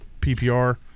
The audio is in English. PPR